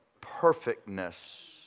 perfectness